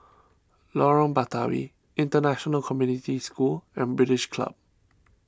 Lorong Batawi International Community School and British Club